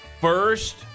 First